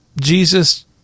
Jesus